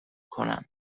کنند